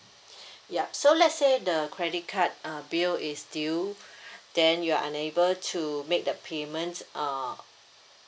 yup so let say the credit card uh bill is due then you are unable to make the payment uh